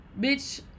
Bitch